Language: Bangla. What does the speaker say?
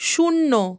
শূন্য